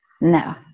No